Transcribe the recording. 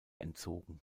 entzogen